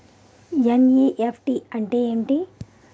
NEFT అంటే ఎంటి?